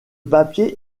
papier